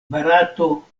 barato